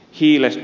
hiilestä